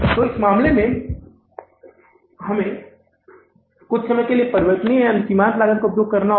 तो इस मामले में हमें कुछ समय के लिए परिवर्तनीय या सीमांत लागत का उपयोग करना होगा